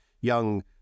young